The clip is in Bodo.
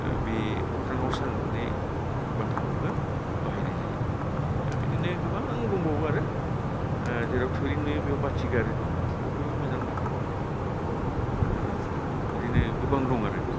बे अख्राङाव सां लुनाय बाथ्रा फावखौ बाहायनाय जायो आरो बिदिनो गोबां दंबावो आरो जेराव थोरि नुयो बेयाव बाथि गारो बेफोरबो मोजां बाथ्रानि फाव बिदिनो गोबां दं आरो